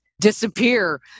disappear